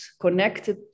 connected